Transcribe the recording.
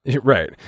Right